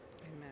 Amen